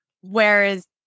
whereas